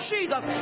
Jesus